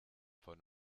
von